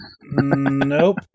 Nope